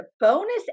bonus